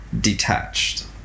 detached